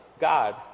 God